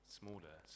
smaller